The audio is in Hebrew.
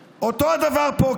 עכשיו, אותו הדבר פה.